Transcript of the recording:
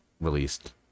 released